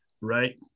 Right